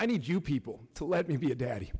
i need you people to let me be a daddy